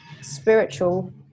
spiritual